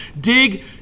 Dig